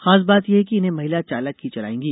खास बात यह है कि इन्हें महिला चालक ही चलाएंगी